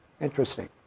Interesting